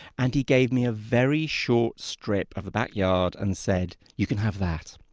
and he gave me a very short strip of back yard and said, you can have that.